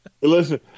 Listen